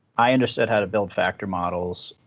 i understood how to build factor models.